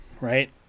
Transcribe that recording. right